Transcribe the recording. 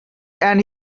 and